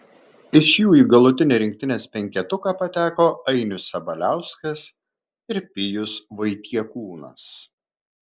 iš jų į galutinį rinktinės penketuką pateko ainius sabaliauskas ir pijus vaitiekūnas